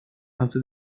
antes